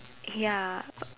ya but